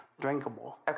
drinkable